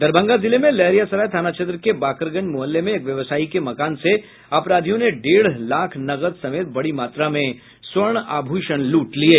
दरभंगा जिले में लहरियासराय थाना क्षेत्र के बाकरगंज मुहल्ले में एक व्यवसायी के मकान से अपराधियों ने डेढ़ लाख नकद समेत बड़ी मात्रा में स्वर्ण आभूषण लूट लिये